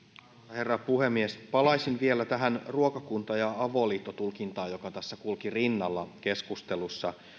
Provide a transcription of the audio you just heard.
herra puhemies palaisin vielä tähän ruokakunta ja avoliittotulkintaan joka tässä kulki rinnalla keskustelussa